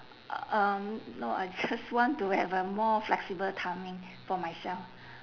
um no I just want to have a more flexible timing for myself